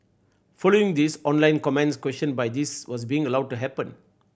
following this online comments questioned by this was being allowed to happen